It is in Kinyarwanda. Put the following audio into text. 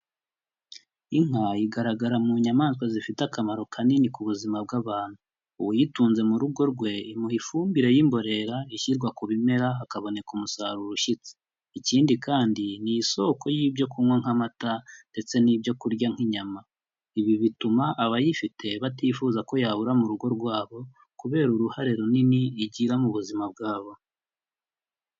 Inka igaragara mu nyamaswa zifite akamaro kanini ku buzima bw'abantu. Uyitunze mu rugo rwe imuha ifumbire y'imborera ishyirwa ku bimera hakaboneka umusaruro ushyitse. Ikindi kandi ni isoko y'ibyo kunywa nk'amata ndetse n'ibyo kurya nk'inyama. Ibi bituma abayifite batifuza ko yabura mu rugo rwabo kubera uruhare runini igira mu buzima bwabo.